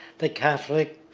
the catholic,